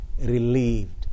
relieved